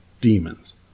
demons